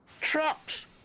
Trucks